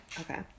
okay